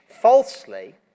falsely